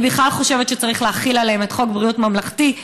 אני בכלל חושבת שצריך להחיל עליהם את חוק בריאות ממלכתי.